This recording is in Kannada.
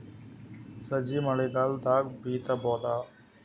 ಸಜ್ಜಿ ಮಳಿಗಾಲ್ ದಾಗ್ ಬಿತಬೋದ?